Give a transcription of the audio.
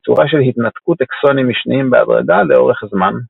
בצורה של התנתקות אקסונים משניים בהדרגה לאורך זמן.